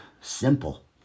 simple